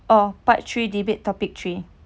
oh part three debate topic three